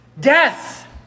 Death